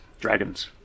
Dragons